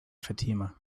fatima